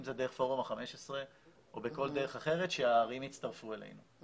אם זה דרך פורום ה-15 או בכל דרך אחרת שהערים יצטרפו אלינו.